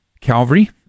Calvary